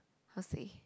how to say